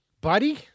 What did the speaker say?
buddy